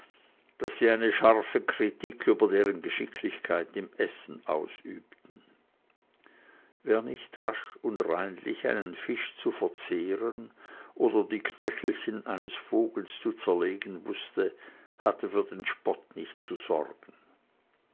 daß sie eine scharfe kritik über deren geschicklichkeit im essen ausübten wer nicht rasch und reinlich einen fisch zu verzehren oder die knöchelchen eines vogels zu zerlegen wußte hatte für den spott nicht zu sorgen